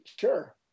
Sure